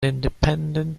independent